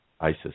ISIS